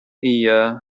year